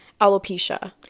alopecia